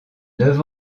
neuf